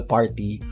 Party